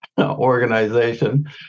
organization